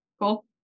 Cool